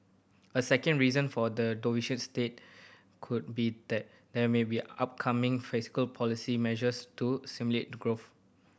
a second reason for the doveish state could be that there may be upcoming fiscal policy measures to stimulate growth